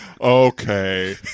Okay